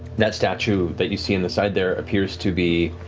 that statue that you see on the side there appears to be.